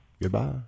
Goodbye